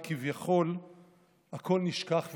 וכביכול הכול נשכח ונעלם.